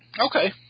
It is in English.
Okay